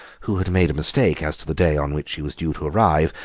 who had made a mistake as to the day on which she was due to arrive,